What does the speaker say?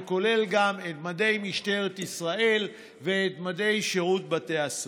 וכולל גם את מדי משטרת ישראל ואת מדי שירות בתי הסוהר.